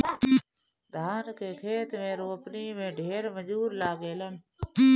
धान के खेत में रोपनी में ढेर मजूर लागेलन